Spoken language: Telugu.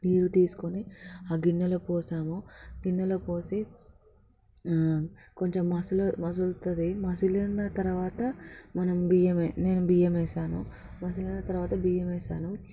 నీరు తీసుకుని ఆ గిన్నెలో పోసాం ఆ గిన్నెలో పోసి కొంచెం మసులు మసులుతుంది మసిలిన తర్వాత మనం బియ్యం నేను బియ్యం వేసాను మసిలిన తర్వాత బియ్యం వేసాను